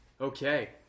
Okay